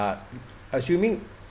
uh assuming